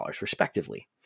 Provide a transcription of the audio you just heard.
respectively